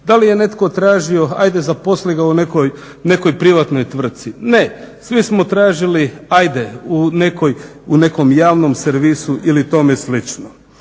Da li je netko tražio ajde zaposli ga u nekoj privatnoj tvrtci, ne, svi smo tražili u nekom javnom servisu ili tome slično.